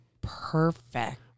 perfect